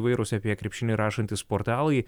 įvairūs apie krepšinį rašantys portalai